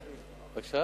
על כל